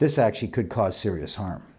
this actually could cause serious harm